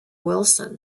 wilson